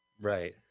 right